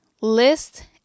list